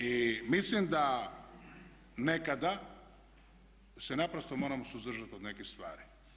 I mislim da nekada se naprosto moramo suzdržati od nekih stvari.